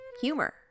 humor